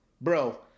Bro